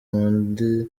mundi